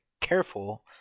careful